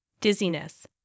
dizziness